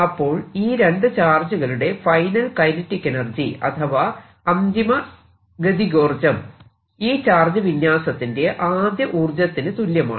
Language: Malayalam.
അപ്പോൾ ഈ രണ്ടു ചാർജുകളുടെ ഫൈനൽ കൈനറ്റിക് എനർജി അഥവാ അന്തിമ ഗതികോർജം ഈ ചാർജ് വിന്യാസത്തിന്റെ ആദ്യ ഊർജ്ജത്തിന് തുല്യമാണ്